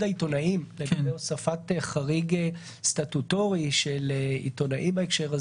העיתונאים לגבי הוספת חריג סטטוטורי של עיתונאים.